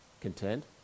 content